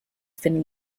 fine